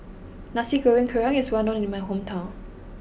Nasi Goreng Kerang is well known in my hometown